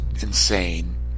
insane